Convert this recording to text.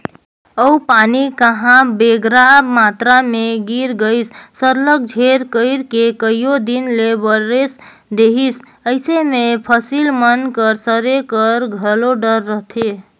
अउ पानी कहांे बगरा मातरा में गिर गइस सरलग झेर कइर के कइयो दिन ले बरेस देहिस अइसे में फसिल मन कर सरे कर घलो डर रहथे